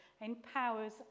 empowers